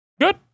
good